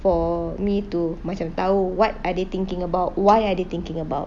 for me to macam tahu what are they thinking about why are they thinking about